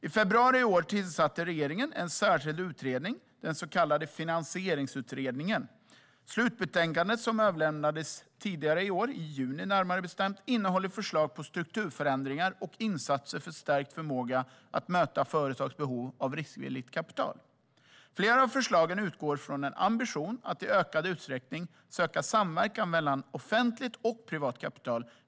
I februari i år tillsatte regeringen en särskild utredare, den så kallade Finansieringsutredningen. Slutbetänkandet, som överlämnades i juni, innehåller förslag till strukturförändringar och insatser för stärkt förmåga att möta företags behov av riskvilligt kapital. Flera av förslagen utgår från en ambition att i ökad utsträckning söka samverkan mellan offentligt och privat kapital.